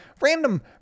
random